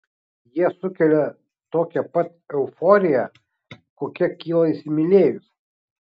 jie sukelia tokią pat euforiją kokia kyla įsimylėjus